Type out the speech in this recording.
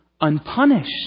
unpunished